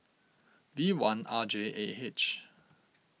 V one R J A H